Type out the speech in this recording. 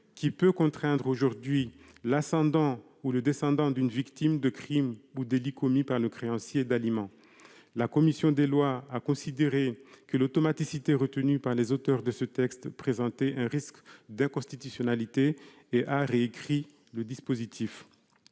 aujourd'hui contraindre l'ascendant ou le descendant d'une victime de crimes ou de délits commis par le créancier d'aliments. La commission des lois a considéré que l'automaticité retenue par les auteurs de ce texte présentait un risque d'inconstitutionnalité et a réécrit le dispositif.